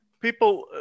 People